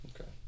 Okay